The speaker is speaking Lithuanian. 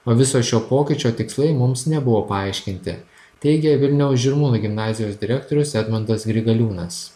o viso šio pokyčio tikslai mums nebuvo paaiškinti teigė vilniaus žirmūnų gimnazijos direktorius edmundas grigaliūnas